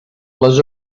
les